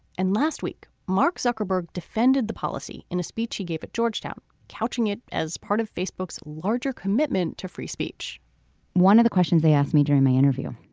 and last week mark zuckerberg defended the policy in a speech he gave at georgetown couching it as part of facebook a so larger commitment to free speech one of the questions they asked me during my interview